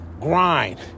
grind